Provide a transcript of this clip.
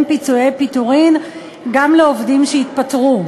פיצויי פיטורים גם לעובדים שהתפטרו.